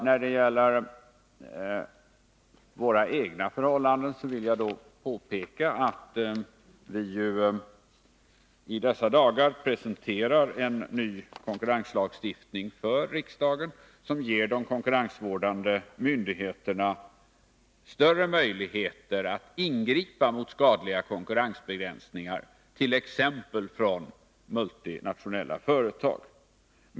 När det gäller våra egna förhållanden vill jag påpeka att vi i dessa dagar för riksdagen presenterar en ny konkurrenslagstiftning, som ger de konkurrensvårdande myndigheterna större möjligheter att ingripa mot skadliga konkurrensbegränsningar, t.ex. från multinationella företag.